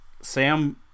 Sam